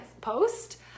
post